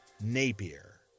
Napier